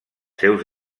seus